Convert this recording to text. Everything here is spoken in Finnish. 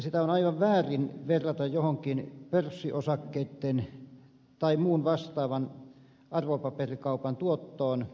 sitä on aivan väärin verrata johonkin pörssiosakkeitten tai muun vastaavan arvopaperikaupan tuottoon